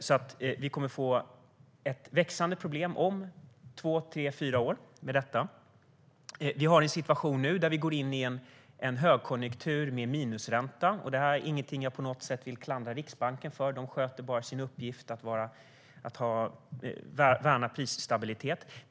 Vi kommer därför att få ett växande problem om två, tre eller fyra år i och med detta. Vi har nu en situation där vi går in i en högkonjunktur med minusränta. Det är ingenting som jag på något sätt vill klandra Riksbanken för. De sköter bara sin uppgift att värna prisstabilitet.